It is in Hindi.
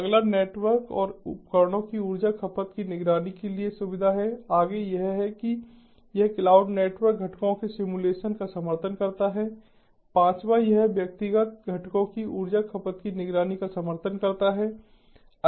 अगला नेटवर्क और उपकरणों की ऊर्जा खपत की निगरानी के लिए सुविधा है आगे यह है कि यह क्लाउड नेटवर्क घटकों के सिम्युलेशन का समर्थन करता है पांचवां यह व्यक्तिगत घटकों की ऊर्जा खपत की निगरानी का समर्थन करता है